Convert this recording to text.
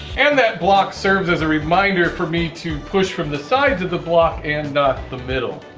and that block serves as a reminder for me to push from the sides of the block and not the middle.